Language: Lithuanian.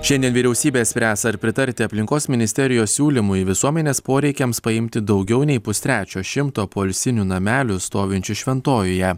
šiandien vyriausybė spręs ar pritarti aplinkos ministerijos siūlymui visuomenės poreikiams paimti daugiau nei pustrečio šimto poilsinių namelių stovinčių šventojoje